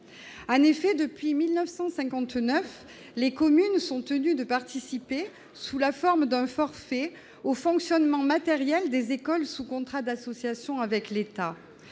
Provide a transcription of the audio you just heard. En effet, depuis 1959, les communes sont tenues de participer, sous la forme d'un forfait, au fonctionnement matériel des écoles sous contrat d'association avec l'État.